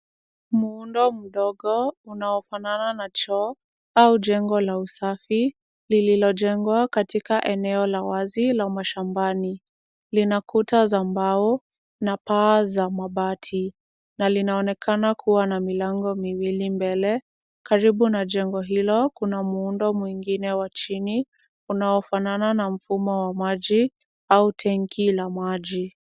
Muundo mdogo unaofanana na choo au jengo la usafi, lililojengwa kati eneo la wazi la mashambani. Lina kuta za mbao na paa za mabati na linaonekana kuwa na milango miwili mbele, karibu na jengo hilo kuna muundo mwingine wa chini unaofanana na mfumo wa maji au tanki la maji.